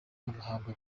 agahabwa